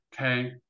okay